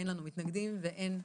אין לנו מתנגדים ואין נמנעים.